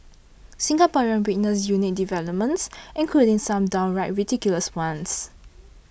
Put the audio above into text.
Singaporeans witnessed unique developments including some downright ridiculous ones